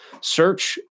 Search